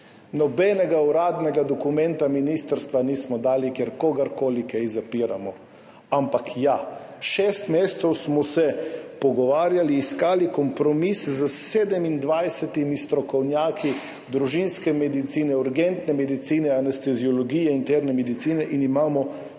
Nobenega uradnega dokumenta ministrstva nismo dali, kjer kogarkoli kakorkoli zapiramo. Ampak ja, šest mesecev smo se pogovarjali, iskali kompromise s 27 strokovnjaki družinske medicine, urgentne medicine, anesteziologije, interne medicine in imamo temeljni